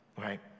right